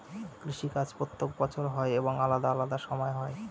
কৃষি কাজ প্রত্যেক বছর হয় এবং আলাদা আলাদা সময় হয়